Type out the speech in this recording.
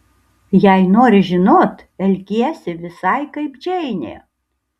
jei nori žinot elgiesi visai kaip džeinė